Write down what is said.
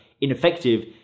ineffective